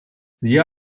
siehe